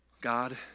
God